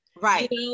right